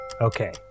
Okay